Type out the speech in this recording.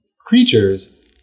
creatures